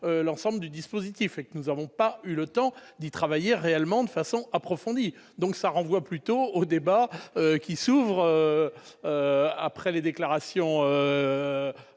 l'ensemble du dispositif et que nous avons pas eu le temps d'y travailler réellement de façon approfondie, donc ça renvoie plutôt au débat qui s'ouvre après les déclarations